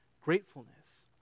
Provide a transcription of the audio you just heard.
gratefulness